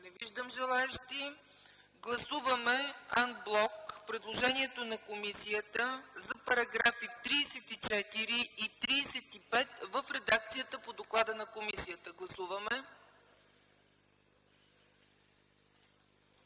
Не виждам желаещи. Гласуваме ан блок предложението на комисията за параграфи 34 и 35 в редакцията по доклада на комисията. Гласували